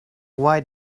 why